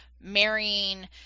marrying